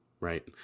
right